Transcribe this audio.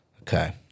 Okay